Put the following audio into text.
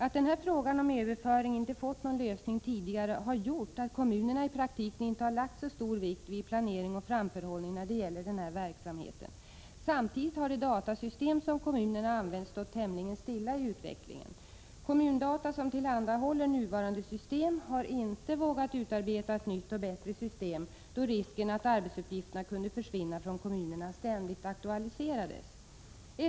Att den här frågan om överföring inte fått någon lösning tidigare har gjort att kommunerna i praktiken inte har lagt så stor vikt vid planering och framförhållning när det gäller den här verksamheten. Samtidigt har det datasystem som kommunerna använt stått tämligen stilla i utvecklingen. Kommun-Data, som tillhandahåller nuvarande system, har inte vågat utarbeta ett nytt och bättre system, då risken att arbetsuppgifterna kunde försvinna från kommunerna ständigt aktualiserades.